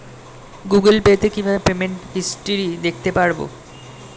Google Pay তে কিভাবে payment history দেখতে পারবো?